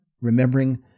remembering